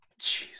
Jeez